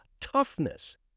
toughness